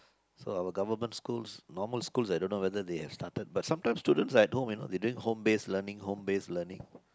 so our government schools normally schools I don't know whether they have started but sometime students I know they are doing home base learning home base learning